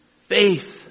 faith